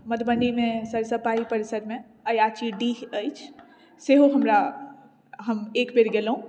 मधुबनीमे सरिसब पाही परिसरमे अयाची डीह अछि सेहो हमरा हम एक बेर गेलहुँ